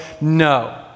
no